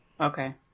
okay